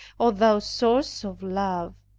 o thou source of love!